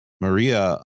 Maria